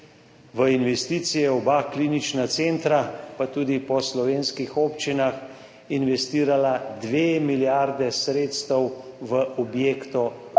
v investicije, oba klinična centra, pa tudi po slovenskih občinah, investirala 2 milijardi sredstev, v objekte in